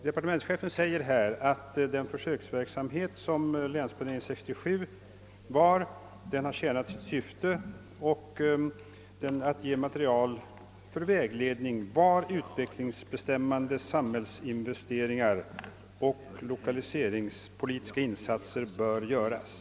Departementschefen säger nu att huvudändamålet med den försöksverksamhet som bedrivits under beteckningen Länsplanering 1967 har varit att få fram ett material som kan ge vägledning om var utvecklingsbestämmande samhällsinvesteringar och lokaliseringspolitiska insatser bör göras.